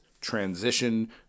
transition